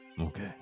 Okay